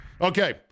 Okay